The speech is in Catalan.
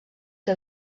que